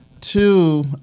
two –